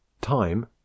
time